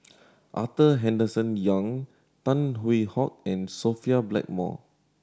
Arthur Henderson Young Tan Hwee Hock and Sophia Blackmore